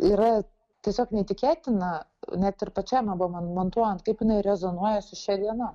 yra tiesiog neįtikėtina net ir pačiam man montuojant kaip jinai rezonuoja su šia diena